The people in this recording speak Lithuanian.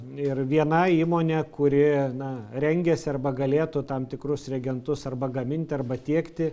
ir viena įmonė kuri na rengiasi arba galėtų tam tikrus reagentus arba gaminti arba tiekti